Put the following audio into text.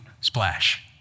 splash